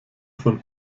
von